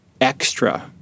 extra